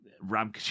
Ram